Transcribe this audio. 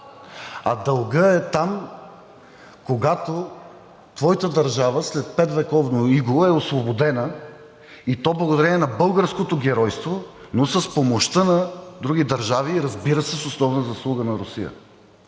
А дългът е там, когато твоята държава след петвековно иго е освободена, и то благодарение на българското геройство, но с помощта на други държави, разбира се, с основна заслуга на Русия.